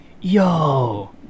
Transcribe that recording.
Yo